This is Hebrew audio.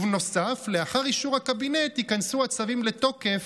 בנוסף, לאחר אישור הקבינט ייכנסו הצווים לתוקף,